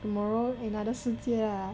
tomorrow another 世界啦